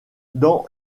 dans